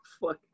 fuck